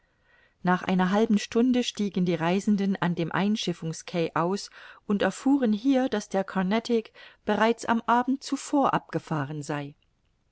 nach einer halben stunde stiegen die reisenden an dem einschiffungsquai aus und erfuhren hier daß der carnatic bereits am abend zuvor abgefahren sei